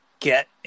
get